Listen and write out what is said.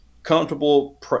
Comfortable